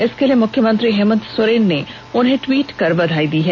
इसके लिए मुख्यमंत्री हेमंत सोरेन ने उन्हें ट्वीट करके बधाई दी है